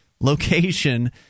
location